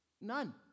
none